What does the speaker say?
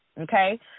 okay